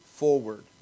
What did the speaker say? forward